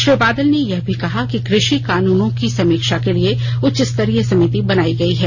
श्री बादल ने यह भी कहा कि कृषि कानूनों की समीक्षा के लिए उच्चस्तरीय समिति बनाई गई है